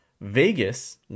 vegas